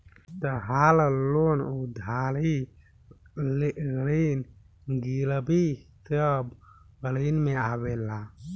तहार लोन उधारी ऋण गिरवी सब ऋण में आवेला